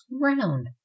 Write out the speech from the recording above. round